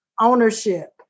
ownership